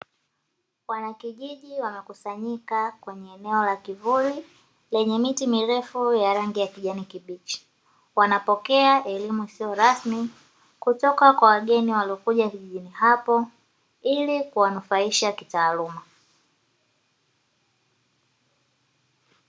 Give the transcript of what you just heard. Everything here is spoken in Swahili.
Wanakijiji wamekusanyika kwenye eneo la kivuli lenye miti mirefu ya rangi ya kijani kibichi, wanapokea elimu isio rasmi kutoka kwa wageni waliokuja kujijini hapo ili kuwanufaisha kitaaluma.